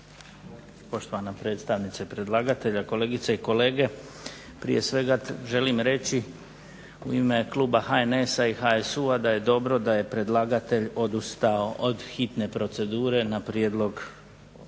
poštovana predstavnice predlagatelja, kolegice i kolege. Prije svega želim reći u ime kluba HNS-a i HSU-a da je dobro da je predlagatelj odustao od hitne procedure na prijedlog